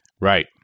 Right